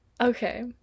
okay